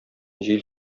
җил